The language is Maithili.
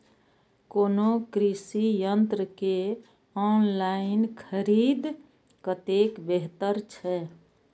कोनो कृषि यंत्र के ऑनलाइन खरीद कतेक बेहतर छै?